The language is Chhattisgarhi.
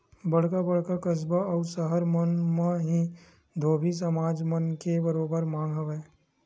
बड़का बड़का कस्बा अउ सहर मन म ही धोबी समाज मन के बरोबर मांग हवय